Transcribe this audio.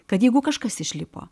kad jeigu kažkas išlipo